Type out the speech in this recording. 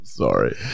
Sorry